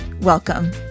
Welcome